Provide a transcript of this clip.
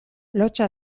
lotsa